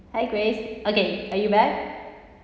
hi grace okay are you back